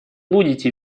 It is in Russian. будете